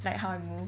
like how I move